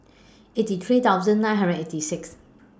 eighty three thousand nine hundred and eighty six